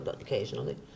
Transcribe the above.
occasionally